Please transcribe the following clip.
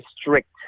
strict